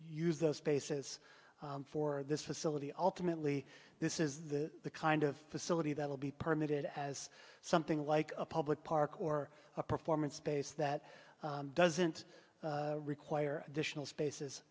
use those spaces for this facility ultimately this is the kind of facility that will be permitted as something like a public park or a performance space that doesn't require additional spaces